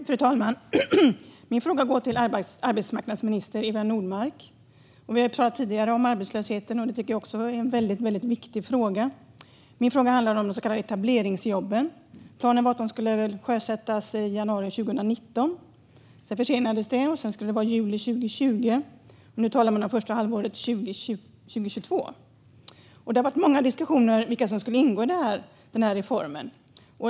Fru talman! Min fråga går till arbetsmarknadsminister Eva Nordmark. Vi har ju tidigare talat om arbetslösheten, och det är också en väldigt viktig fråga. Min fråga handlar om de så kallade etableringsjobben. Planen var att de skulle sjösättas i januari 2019. Sedan försenades det. Sedan sa man att det skulle ske i juli 2020, och nu talar man om första halvåret 2022. Det har varit många diskussioner om vilka företag som skulle ingå i reformen.